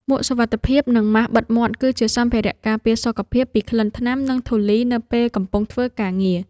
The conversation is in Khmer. មួកសុវត្ថិភាព និងម៉ាសបិទមាត់ គឺជាសម្ភារៈការពារសុខភាពពីក្លិនថ្នាំ និងធូលីនៅពេលកំពុងធ្វើការងារ។